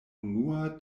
unua